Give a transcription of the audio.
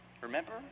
Remember